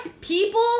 People